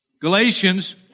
Galatians